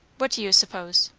what do you suppose?